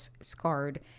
scarred